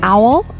Owl